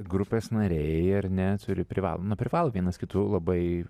grupės nariai ar ne turi privalo nu privalo vienas kitu labai